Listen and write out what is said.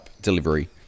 delivery